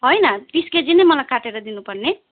होइन तिस केजी नै मलाई काटेर दिनुपर्ने